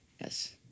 Yes